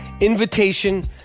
invitation